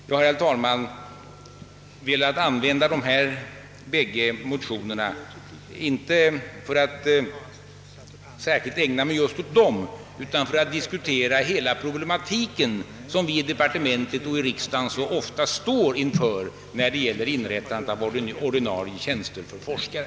Jag har, herr talman, velat begagna detta tillfälle inte till att ägna mig just åt de aktuella motionerna utan till att diskutera hela den problematik som vi i departementet och i riksdagen så ofta står inför när det gäller inrättande av ordinarie tjänster för forskare.